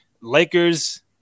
Lakers